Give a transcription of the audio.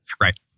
Right